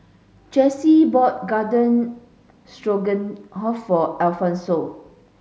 Jessi bought Garden Stroganoff for Alphonse